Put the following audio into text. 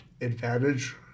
advantage